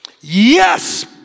Yes